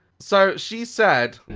so, she said,